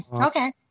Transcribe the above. Okay